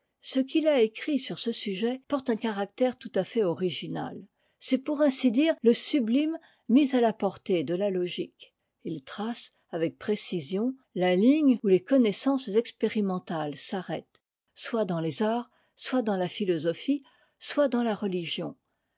ce qu'il a écrit sur ce sujet porte un caractère tout à fait original c'est pour ainsi dire le sublime mis à la portée de la logique il trace avec précision la ligne où les connaissances expérimentales s'arrêtent soit dans les arts soit dans la philosophie soit dans la religion